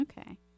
Okay